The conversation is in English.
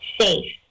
safe